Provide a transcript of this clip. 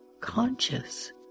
conscious